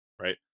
right